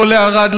לא לערד,